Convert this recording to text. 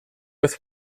with